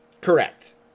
Correct